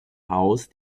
house